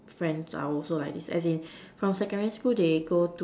friends are also like this as in from secondary school they go